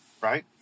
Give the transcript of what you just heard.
Right